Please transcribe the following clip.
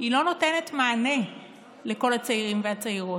לא נותנת מענה לכל הצעירים והצעירות.